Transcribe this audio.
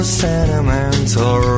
sentimental